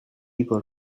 people